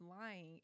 lying